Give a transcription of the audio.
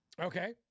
Okay